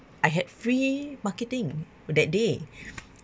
I had free marketing that day